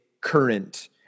current